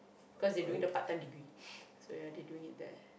cause they doing the part-time degree so ya they doing the